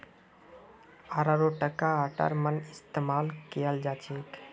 अरारोटका आटार मन इस्तमाल कियाल जाछेक